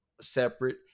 separate